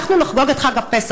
אנחנו נחגוג את חג הפסח,